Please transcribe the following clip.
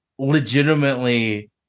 Legitimately